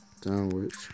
downwards